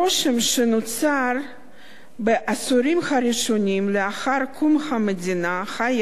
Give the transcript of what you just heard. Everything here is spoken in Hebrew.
הרושם שנוצר בעשורים הראשונים לאחר קום המדינה היה